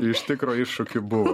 iš tikro iššūkių buvo